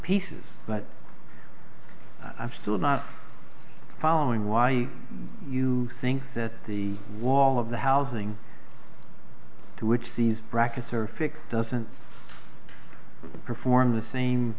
pieces but i'm still not following why you think that the wall of the housing to which these brackets are fixed doesn't perform the same